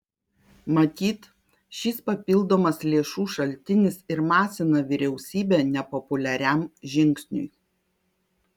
matyt šis papildomas lėšų šaltinis ir masina vyriausybę nepopuliariam žingsniui